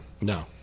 No